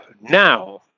Now